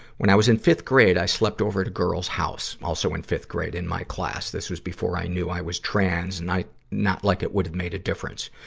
when i was in fifth grade, i slept over at girl's house also in fifth grade, in my class. this was before i knew i was trans not like it would have made a difference.